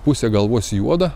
pusę galvos juoda